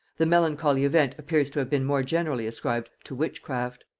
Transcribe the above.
the melancholy event appears to have been more generally ascribed to witchcraft.